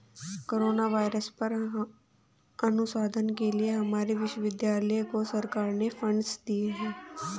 corona virus पर अनुसंधान के लिए हमारे विश्वविद्यालय को सरकार ने फंडस दिए हैं